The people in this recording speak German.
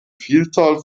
vielzahl